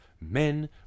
men